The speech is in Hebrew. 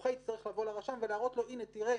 הזוכה יצטרך לבוא לרשם ולהראות לו: הנה תראה,